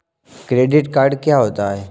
Credit card क्या होता है?